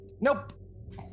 Nope